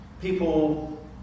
People